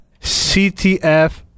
CTF